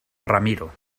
ramiro